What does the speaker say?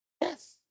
Yes